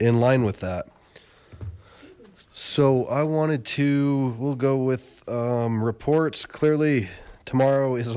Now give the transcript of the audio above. in line with that so i wanted to we'll go with reports clearly tomorrow is